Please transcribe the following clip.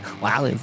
Wow